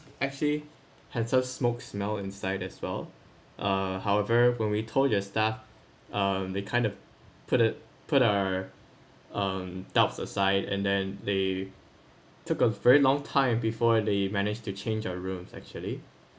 actually have some smoke smell inside as well uh however when we told your staff um they kind of put it put our um doubts aside and then they took a very long time before they managed to change your rooms actually